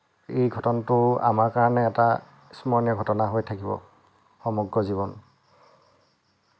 এই ঘটনাটো আমাৰ কাৰণে এটা স্মৰণীয় ঘটনা হৈ থাকিব সমগ্ৰ জীৱন